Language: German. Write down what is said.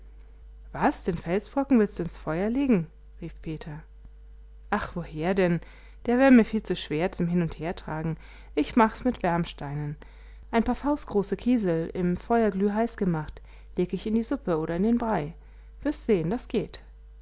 was den felsbrocken willst du ins feuer legen rief peter ach woher denn der wär mir viel zu schwer zum hin und hertragen ich mach's mit wärmsteinen ein paar faustgroße kiesel im feuer glühheiß gemacht leg ich in die suppe oder in den brei wirst sehn das geht